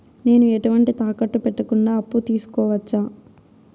నేను ఎటువంటి తాకట్టు పెట్టకుండా అప్పు తీసుకోవచ్చా?